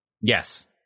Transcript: Yes